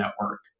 network